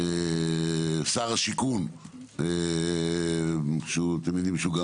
שר השיכון שאתם יודעים שהוא גם